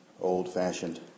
old-fashioned